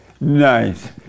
Nice